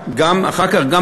אחר כך, גם